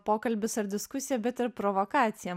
pokalbis ar diskusija bet ir provokacija